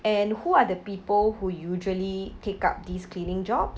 and who are the people who usually pick up these cleaning jobs